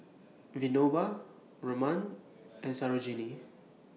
Vinoba Raman and Sarojini